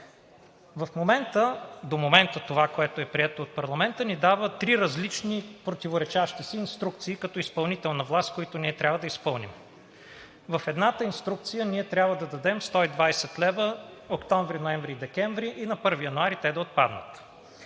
До момента това, което е прието от парламента, ни дава три различни противоречащи си инструкции, а като изпълнителна власт ние трябва да ги изпълним. В едната инструкция трябва да дадем 120 лв. – октомври, ноември и декември, и на 1 януари те да отпаднат.